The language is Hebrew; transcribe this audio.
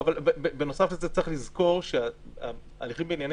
אבל בנוסף לזה צריך לזכור שההליכים בענייני